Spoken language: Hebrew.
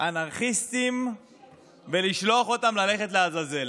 אנרכיסטים ולשלוח אותם ללכת לעזאזל.